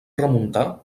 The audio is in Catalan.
remuntar